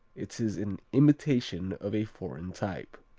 it is an imitation of a foreign type.